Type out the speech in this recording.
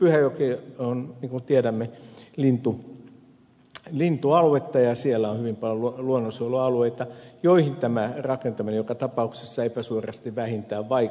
pyhäjoki on niin kuin tiedämme lintualuetta ja siellä on hyvin paljon luonnonsuojelualueita joihin tämä rakentaminen joka tapauksessa epäsuorasti vähintään vaikuttaa